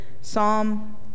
Psalm